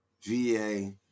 VA